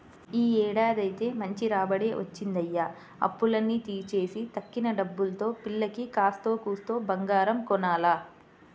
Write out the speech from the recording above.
యీ ఏడాదైతే మంచి రాబడే వచ్చిందయ్య, అప్పులన్నీ తీర్చేసి తక్కిన డబ్బుల్తో పిల్లకి కాత్తో కూత్తో బంగారం కొనాల